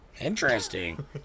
Interesting